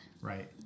Right